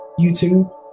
YouTube